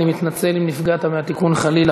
אני מתנצל אם נפגעת מהתיקון, חלילה.